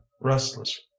restless